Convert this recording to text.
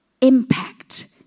impact